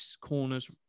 corners